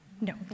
no